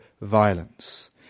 violence